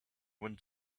wind